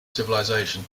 civilisation